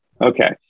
Okay